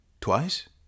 Twice